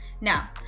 Now